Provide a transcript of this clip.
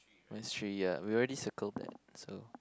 mine's three ya we already circled that so